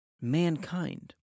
Mankind